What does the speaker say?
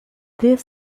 this